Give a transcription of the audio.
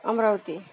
Amravati